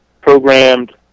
programmed